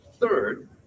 Third